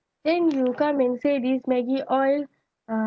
the you come and say this maggie oil uh